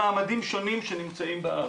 במעמדים שונים שנמצאים בארץ.